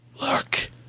Look